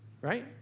right